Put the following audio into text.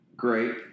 Great